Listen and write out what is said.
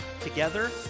together